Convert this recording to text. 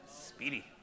Speedy